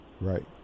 Right